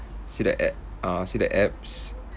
see the app uh see the apps